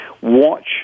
watch